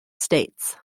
states